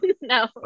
No